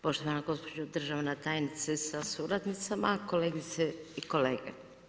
Poštovana gospođo državna tajnice sa suradnicama, kolegice i kolege.